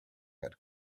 had